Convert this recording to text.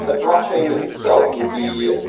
ah blockchain itself would be,